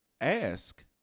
ask